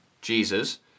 Jesus